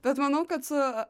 bet manau kad su